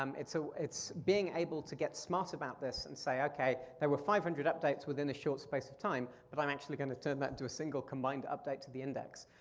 um it's so it's being able to get smart about this and say okay, there were five hundred updates within a short space of time but i'm actually gonna turn that into a single combined update to the index.